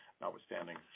notwithstanding